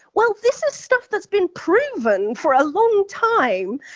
well, this is stuff that's been proven for a long time,